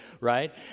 right